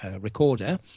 recorder